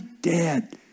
dad